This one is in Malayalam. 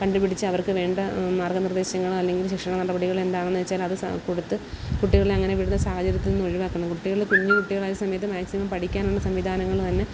കണ്ട് പിടിച്ച് അവർക്ക് വേണ്ട മാർഗ്ഗനിർദ്ദേശങ്ങൾ അല്ലെങ്കിൽ ശിക്ഷണനടപടികൾ എന്താണെന്ന് വെച്ചാൽ അത് കൊടുത്ത് കുട്ടികളെ അങ്ങനെ വിടുന്ന സാഹചര്യത്തിൽനിന്ന് ഒഴിവാക്കണം കുട്ടികൾ കുഞ്ഞ് കുട്ടികളായ സമയത്ത് മാക്സിമം പഠിക്കാനുള്ള സംവിധാനങ്ങൾ തന്നെ